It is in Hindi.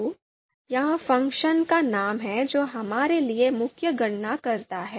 तो यह फ़ंक्शन का नाम है जो हमारे लिए मुख्य गणना करता है